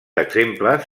exemples